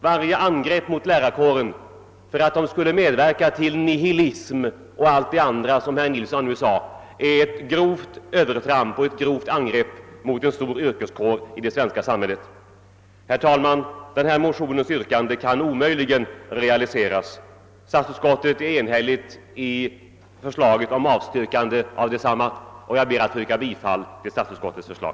Varje beskyllning mot lärarkåren för att medverka till nihilism och allt det andra som herr Nilsson nämnde är ett grovt övertramp och ett allvarligt angrepp på en stor yrkeskår i det svenska samhället. Herr talman! Denna motions yrkande kan omöjligen realiseras. Statsutskottet är enhälligt i sitt avstyrkande. Jag ber att få yrka bifall till statsutskottets förslag.